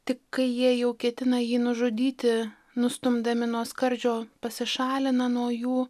tik kai jie jau ketina jį nužudyti nustumdami nuo skardžio pasišalina nuo jų